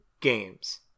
games